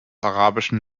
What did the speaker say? arabischen